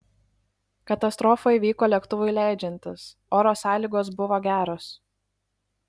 katastrofa įvyko lėktuvui leidžiantis oro sąlygos buvo geros